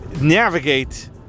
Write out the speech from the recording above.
navigate